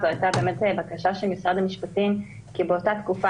זו הייתה באמת בקשה של משרד המשפטים כי באותה תקופה